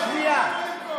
קריאה ראשונה.